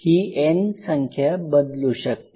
ही N संख्या बदलू शकते